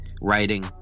Writing